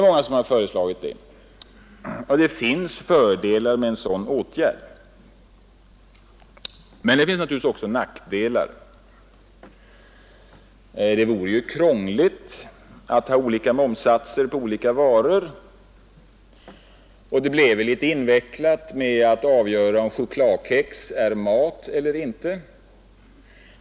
Många har föreslagit det, och det finns fördelar med en sådan åtgärd. Men det finns naturligtvis också nackdelar. Det vore krångligt att ha olika momssatser på olika varor, och det bleve litet invecklat att avgöra om chokladkex är mat eller inte.